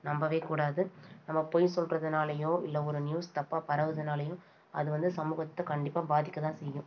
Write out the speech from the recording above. நம்பவே கூடாது நம்ம பொய் சொல்லுறதுனாலையோ இல்லை ஒரு நியூஸ் தப்பாக பரவுறதனாலையோ அது வந்து சமூகத்தை கண்டிப்பாக பாதிக்கதான் செய்யும்